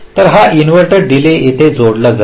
तर हा इन्व्हर्टर डीले येथे जोडला जाईल